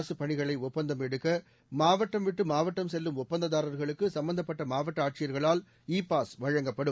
அரசுப் பணிகளை ஒப்பந்தம் எடுக்க மாவட்டம் விட்டு மாவட்டம் செல்லும் ஒப்பந்ததாரர்களுக்கு சம்மந்தப்பட்ட மாவட்ட ஆட்சியர்களால் இ பாஸ் வழங்கப்படும்